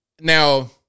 Now